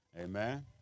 Amen